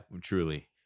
truly